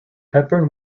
hepburn